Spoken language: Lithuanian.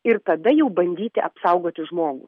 ir tada jau bandyti apsaugoti žmogų